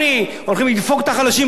הולכים לדפוק את החלשים עוד פעם,